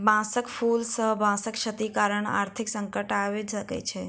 बांसक फूल सॅ बांसक क्षति कारण आर्थिक संकट आइब सकै छै